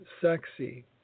sexy